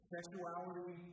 Sexuality